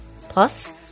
Plus